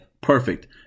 perfect